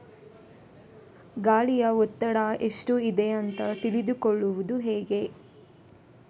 ಗಾಳಿಯ ಒತ್ತಡ ಎಷ್ಟು ಇದೆ ಅಂತ ತಿಳಿದುಕೊಳ್ಳುವುದು ಹೇಗೆ?